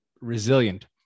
resilient